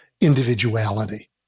individuality